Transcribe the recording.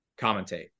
commentate